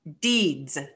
deeds